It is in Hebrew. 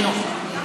לא חינוך?